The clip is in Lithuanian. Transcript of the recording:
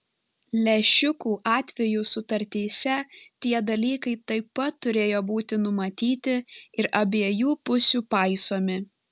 lęšiukų atveju sutartyse tie dalykai taip pat turėjo būti numatyti ir abiejų pusių paisomi